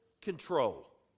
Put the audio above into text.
control